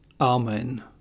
Amen